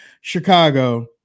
Chicago